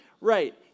right